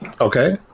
Okay